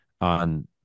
on